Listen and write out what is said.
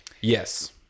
Yes